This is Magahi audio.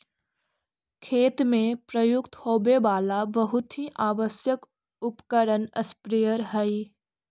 खेती में प्रयुक्त होवे वाला बहुत ही आवश्यक उपकरण स्प्रेयर हई